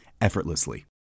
effortlessly